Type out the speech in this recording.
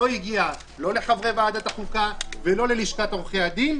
לא הגיע לא לחברי ועדת החוקה ולא ללשכת עורכי הדין,